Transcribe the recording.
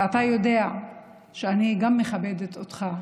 ואתה יודע שאני גם מכבדת אותך.